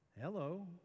Hello